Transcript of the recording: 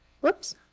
Whoops